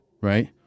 right